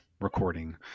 recording